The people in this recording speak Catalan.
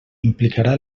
implicarà